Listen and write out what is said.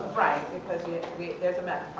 right because there's a meth